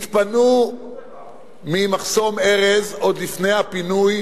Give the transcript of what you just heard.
הם התפנו ממחסום ארז עוד לפני הפינוי,